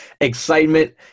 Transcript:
excitement